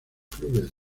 clubes